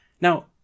Now